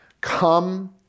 come